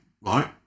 right